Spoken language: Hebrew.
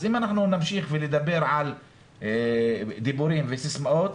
אז אם אנחנו נמשיך ונדבר דיבורים וסיסמאות,